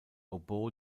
oboe